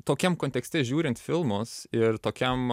tokiam kontekste žiūrint filmus ir tokiam